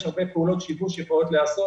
יש הרבה פעולות שיבוש שיכולות להיעשות